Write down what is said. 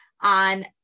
on